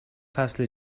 فصل